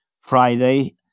Friday